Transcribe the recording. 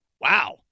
Wow